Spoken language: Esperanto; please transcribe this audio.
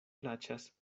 plaĉas